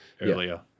earlier